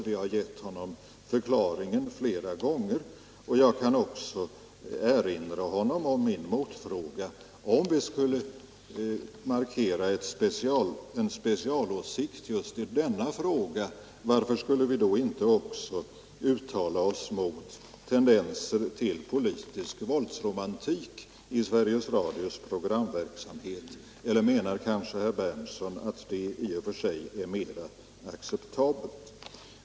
Vi har givit honom förklaringen flera gånger, och jag kan också erinra honom om min motfråga: Om vi skulle markera en specialåsikt just i denna fråga, varför skulle vi då inte också uttala oss mot tendenser till politisk våldsromantik i Sveriges Radios programverksamhet? Eller menar kanske herr Berndtson att det i och för sig är mera acceptabelt?